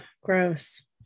gross